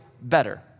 better